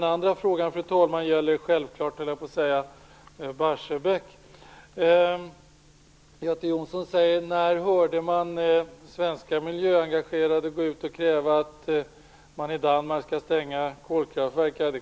Den andra frågan, fru talman, gäller Barsebäck. Göte Jonsson frågar när man hörde svenska miljöengagerade gå ut och kräva att Danmark skall stänga kolkraftverk.